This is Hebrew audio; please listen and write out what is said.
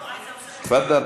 לא, אני, תפאדל.